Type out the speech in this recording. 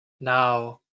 now